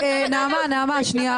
נעמה, נעמה, שנייה אחת.